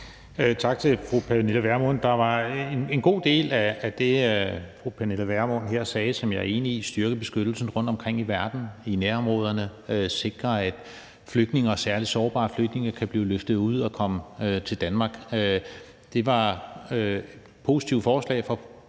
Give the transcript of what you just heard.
Tak til fru Pernille Vermund. Der var en god del af det, fru Pernille Vermund her sagde, som jeg er enig i: at styrke beskyttelsen rundtomkring i verden i nærområderne, og sikre, at flygtninge og særlig sårbare flygtninge kan blive løftet ud og komme til Danmark. Det var positive forslag fra